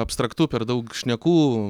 abstraktu per daug šnekų